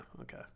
okay